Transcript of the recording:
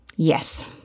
Yes